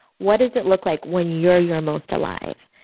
what does it look like when you're your most alive.